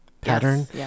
pattern